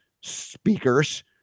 speakers